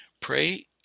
pray